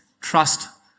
Trust